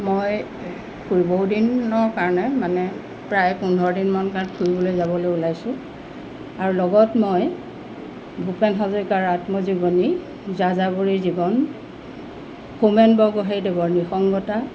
মই ফুৰিব দিনৰ কাৰণে মানে প্ৰায় পোন্ধৰদিনমান তাত ফুৰিবলৈ যাবলৈ ওলাইছোঁ আৰু লগত মই ভূপেন হাজৰিকাৰ আত্মজীৱনী যাযাবৰী জীৱন হোমেন বৰগোহাঞিদেৱৰ নিসংগতা